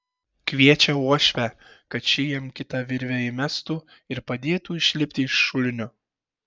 kviečia uošvę kad ši jam kitą virvę įmestų ir padėtų išlipti iš šulinio